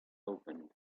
opened